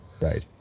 right